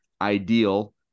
ideal